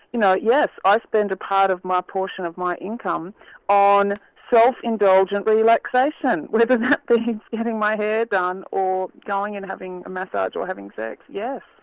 you know yes, i spend a part of my portion of my income on self-indulgent relaxation whether that means having my hair done or going and having a massage or having sex, yes.